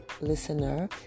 listener